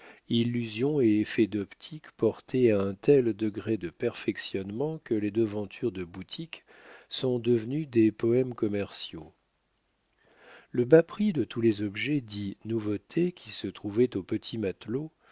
illusions et effets d'optique portés à un tel degré de perfectionnement que les devantures de boutiques sont devenues des poèmes commerciaux le bas prix de tous les objets dits nouveautés qui se trouvaient au petit matelot